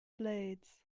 blades